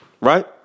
right